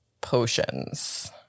potions